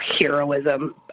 heroism